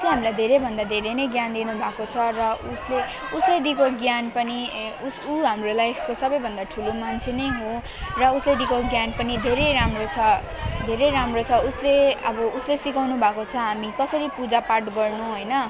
ऊ चाहिँ हामीलाई धेरैभन्दा धेरै नै ज्ञान दिनुभएको छ र उसले उसले दिएको ज्ञान पनि ऊ हाम्रो लाइफको सबैभन्दा ठुलो मान्छे नै हो र उसले दिएको ज्ञान पनि धेरै राम्रो छ धेरै राम्रो छ उसले अब उसले सिकाउनुभएको छ हामी कसरी पूजापाठ गर्नु हैन